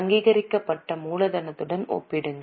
அங்கீகரிக்கப்பட்ட மூலதனத்துடன் ஒப்பிடுங்கள்